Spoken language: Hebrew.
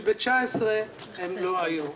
שב-2019 הן לא היו.